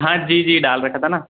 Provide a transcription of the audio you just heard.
हाँ जी जी डाल रखा था ना